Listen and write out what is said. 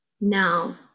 now